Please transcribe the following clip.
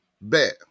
bet